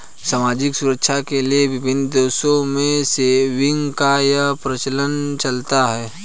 सामाजिक सुरक्षा के लिए विभिन्न देशों में सेविंग्स का यह प्रकल्प चलता है